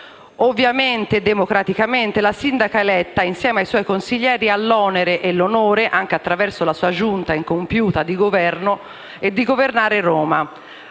Ovviamente, democraticamente, la sindaca eletta, insieme ai suoi consiglieri, ha l'onere e l'onore, anche attraverso la sua Giunta incompiuta di Governo, di governare Roma,